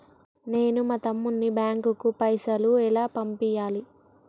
నేను మా తమ్ముని బ్యాంకుకు పైసలు ఎలా పంపియ్యాలి?